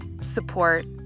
support